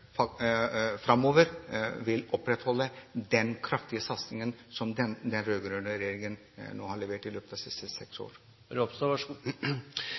framover vil opprettholde den kraftige satsingen som den rød-grønne regjeringen nå har levert i løpet av de siste seks